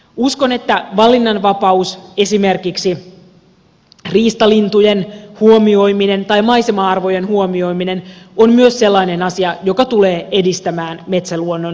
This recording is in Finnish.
uskon että valinnanvapaus esimerkiksi riistalintujen huomioiminen tai maisema arvojen huomioi minen on myös sellainen asia joka tulee edistämään metsäluonnon monimuotoisuutta